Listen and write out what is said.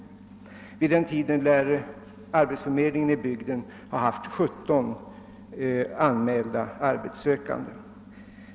Vid den tiden lär arbetsförmedlingen i bygden ha haft 17 anmälda arbetssökande.